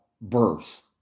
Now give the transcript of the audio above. birth